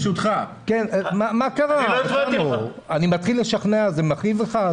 אני מתחיל לשכנע אז זה מכאיב לך?